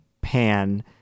pan